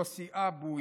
עם יוסי אבו,